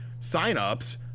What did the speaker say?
signups